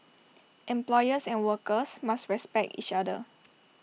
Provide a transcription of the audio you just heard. employers and workers must respect each other